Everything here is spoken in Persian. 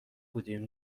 بودیم